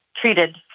treated